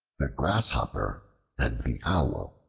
the grasshopper and the owl